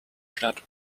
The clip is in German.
statt